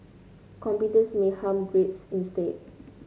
computers may harm grades instead